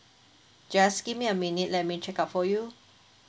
just give me a minute let me check out for you